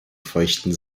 feuchten